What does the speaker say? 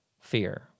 fear